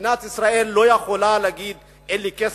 מדינת ישראל לא יכולה להגיד: אין לי כסף,